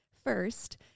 First